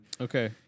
Okay